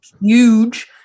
huge